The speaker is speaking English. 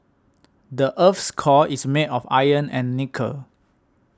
the earth's core is made of iron and nickel